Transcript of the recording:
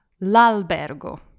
l'albergo